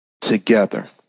together